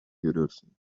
görüyorsunuz